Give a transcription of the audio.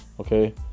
okay